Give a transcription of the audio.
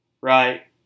right